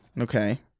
Okay